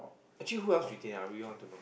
actually who else retain ah I really want to know